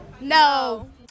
No